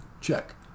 check